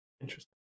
interesting